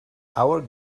our